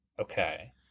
Okay